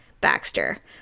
Baxter